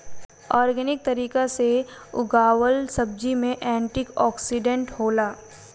organic तरीका से उगावल सब्जी में एंटी ओक्सिडेंट होला